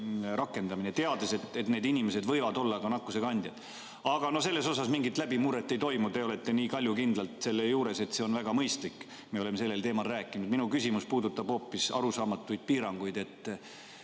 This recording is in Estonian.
teades, et need inimesed võivad olla nakkuse kandjad. Aga selles osas mingit läbimurret ei toimu. Te olete nii kaljukindlalt seisukohal, et see on väga mõistlik. Me oleme sellel teemal rääkinud. Minu küsimus aga puudutab hoopis arusaamatuid piiranguid.